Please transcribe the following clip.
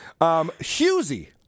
Hughesy